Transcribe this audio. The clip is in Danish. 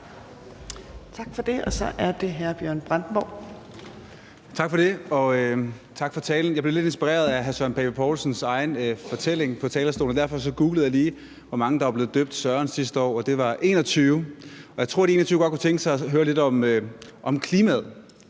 Brandenborg. Kl. 15:16 Bjørn Brandenborg (S): Tak for det, og tak for talen. Jeg blev lidt inspireret af hr. Søren Pape Poulsens egen fortælling på talerstolen, og derfor googlede jeg lige, hvor mange der blev døbt Søren sidste år, og det var 21. Og jeg tror, at de 21 godt kunne tænke sig at høre lidt om klimaet.